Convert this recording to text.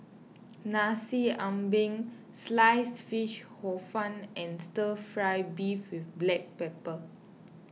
Nasi Ambeng Slice Fish Hor Fun and Stir Fry Beef with Black Pepper